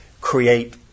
create